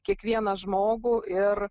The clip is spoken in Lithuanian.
kiekvieną žmogų ir